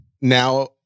now